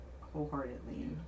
wholeheartedly